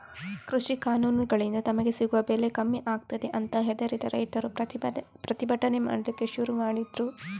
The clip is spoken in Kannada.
ಕೃಷಿ ಕಾನೂನುಗಳಿಂದ ತಮಗೆ ಸಿಗುವ ಬೆಲೆ ಕಮ್ಮಿ ಆಗ್ತದೆ ಅಂತ ಹೆದರಿದ ರೈತರು ಪ್ರತಿಭಟನೆ ಮಾಡ್ಲಿಕ್ಕೆ ಶುರು ಮಾಡಿದ್ರು